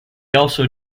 also